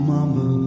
Mama